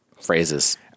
Phrases